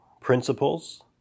principles